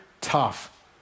tough